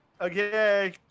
Okay